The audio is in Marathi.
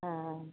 हं